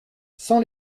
sans